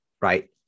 right